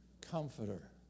comforter